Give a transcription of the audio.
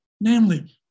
Namely